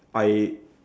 I